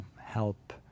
help